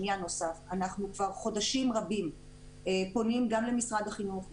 עניין נוסף אנחנו כבר חודשים רבים פונים גם למשרד החינוך,